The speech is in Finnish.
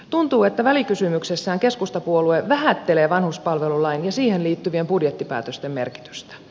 tuntuu että välikysymyksessään keskustapuolue vähättelee vanhuspalvelulain ja siihen liittyvien budjettipäätösten merkitystä